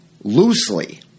loosely